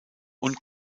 und